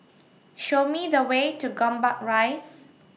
Show Me The Way to Gombak Rise